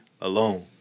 alone